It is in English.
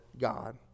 God